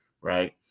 right